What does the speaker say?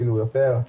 אפילו יותר,